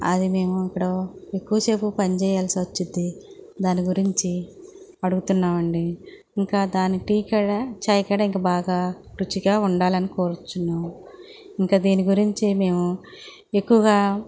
అది మేము ఇక్కడ ఎక్కువ సేపు పని చేయాల్సి వస్తుంది దాని గురించి అడుగుతున్నాం అండి ఇంకా దాని టీ కాడ చాయ్ కాడ ఇంకా బాగా రుచిగా ఉండాలని కోరుచున్నాము ఇంక దీని గురించి మేము ఎక్కువగా